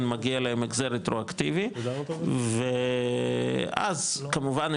מגיע להם החזר רטרואקטיבי ואז כמובן,